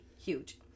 huge